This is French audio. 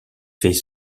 fait